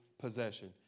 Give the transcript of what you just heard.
possession